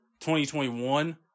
2021